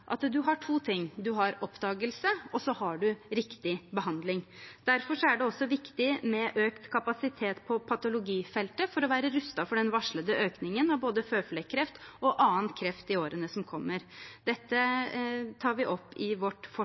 oppdagelse, og det er riktig behandling. Derfor er det også viktig med økt kapasitet på patologifeltet for å være rustet for den varslede økningen av både føflekkreft og annen kreft i årene som kommer. Dette tar vi opp i vårt